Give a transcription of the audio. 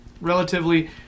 Relatively